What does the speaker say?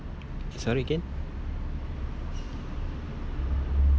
sorry again